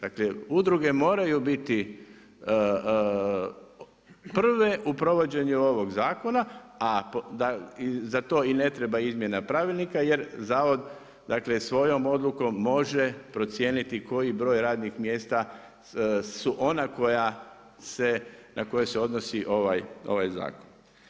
Dakle udruge moraju biti prve u provođenju ovog zakona, a za to i ne treba izmjena pravilnika jer zavod svojom odlukom može procijeniti koji broj radnih mjesta su ona na koje se odnosi ovaj zakon.